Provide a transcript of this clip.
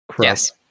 Yes